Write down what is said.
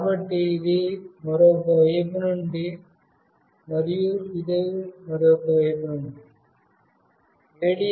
కాబట్టి ఇది మరొక వైపు నుండి మరియు ఇది మరొక వైపు నుండి